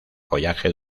follaje